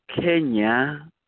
Kenya